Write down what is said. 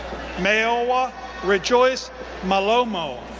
mayowa rejoice malomo,